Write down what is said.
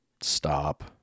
stop